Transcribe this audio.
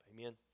Amen